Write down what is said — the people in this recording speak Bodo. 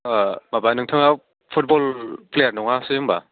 माबा नोंथाङा फुटबल प्लेयार नङासो होनबा